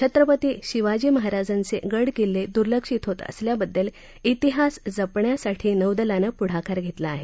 छत्रपती शिवाजी महाराजांचे गडकिल्ले दुर्लक्षित होत असल्याबद्दल इतिहास जपण्यासाठी नौदलान पुढाकार घेतला आहे